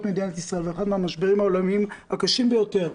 מדינת ישראל ואחד מהמשברים העולמיים הקשים ביותר,